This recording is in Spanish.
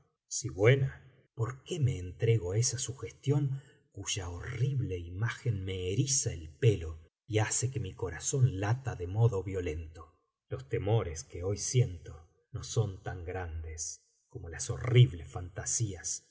si buena por qué me entrego á esa sugestión cuya horrible imagen me eriza el pelo y hace que mi corazón lata de modo violento los temores que hoy siento no son tan grandes como las horribles fantasías